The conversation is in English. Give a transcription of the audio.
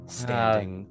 standing